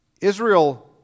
Israel